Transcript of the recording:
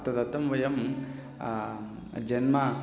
तदर्थं वयं जन्म